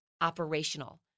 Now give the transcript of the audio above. operational